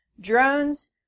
Drones